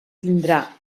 tindrà